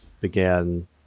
began